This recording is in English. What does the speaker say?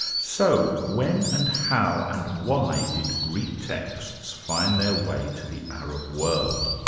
so when and how and why did greek texts find their way to the arab world?